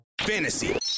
Fantasy